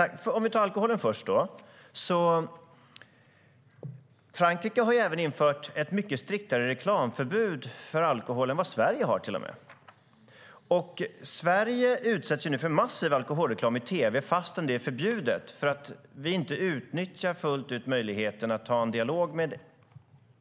Fru talman! Låt oss ta alkoholen först. Frankrike har även infört ett mycket striktare reklamförbud mot alkohol än Sverige. I Sverige utsätts vi för massiv alkoholreklam i tv även om det är förbjudet eftersom vi inte fullt ut utnyttjar möjligheten att ha en dialog med